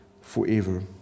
forever